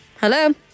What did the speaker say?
Hello